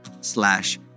slash